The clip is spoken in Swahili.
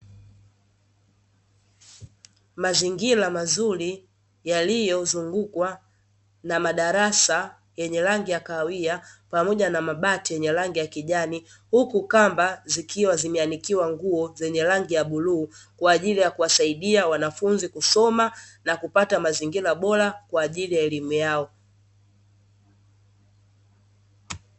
Mazingira mazuri yaliyozungukwa na madarasa yenye rangi ya kahawia pamoja na mabati yenye rangi ya kijani, huku kamba zikiwa zimeanikiwa nguo zenye rangi ya bluu, kwa ajili ya kuwasaidia wanafunzi kusoma na kupata mazingira bora kwa ajili ya elimu yao.